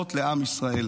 חשובות לעם ישראל.